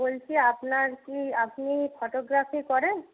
বলছি আপনার কি আপনি ফটোগ্রাফি করেন